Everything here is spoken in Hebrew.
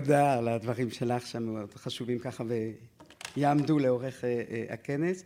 תודה על הדברים שלך שמאוד חשובים ככה ויעמדו לאורך הכנס.